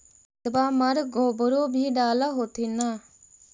खेतबा मर गोबरो भी डाल होथिन न?